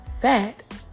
fat